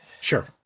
Sure